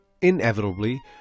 inevitably